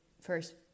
First